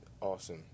awesome